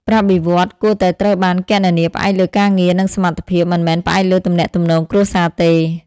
ប្រាក់បៀវត្សរ៍គួរតែត្រូវបានគណនាផ្អែកលើការងារ និងសមត្ថភាព មិនមែនផ្អែកលើទំនាក់ទំនងគ្រួសារទេ។